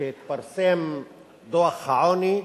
כשהתפרסם דוח העוני,